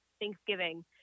Thanksgiving